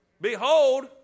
behold